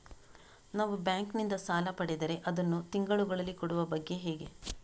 ನಾವು ಬ್ಯಾಂಕ್ ನಿಂದ ಸಾಲ ಪಡೆದರೆ ಅದನ್ನು ತಿಂಗಳುಗಳಲ್ಲಿ ಕೊಡುವ ಬಗ್ಗೆ ಹೇಗೆ ಹೇಳಿ